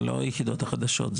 זה לא היחידות החדשות,